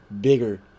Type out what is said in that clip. bigger